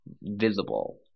visible